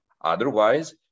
Otherwise